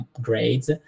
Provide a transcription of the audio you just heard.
grades